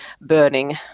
burning